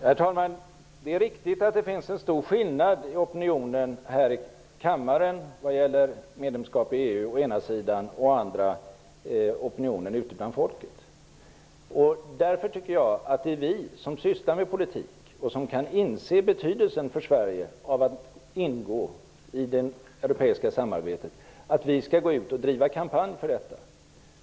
Herr talman! Det är riktigt att det finns en stor skillnad mellan å ena sidan opinionen här i kammaren och å andra sidan opinionen ute bland folket vad gäller medlemskap i EU. Därför tycker jag att vi som sysslar med politik och kan inse betydelsen för Sverige av att ingå i det europeiska samarbetet skall gå ut och driva kampanj för detta.